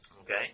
Okay